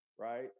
right